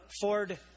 Ford